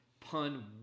pun